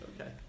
Okay